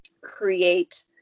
create